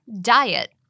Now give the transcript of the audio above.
diet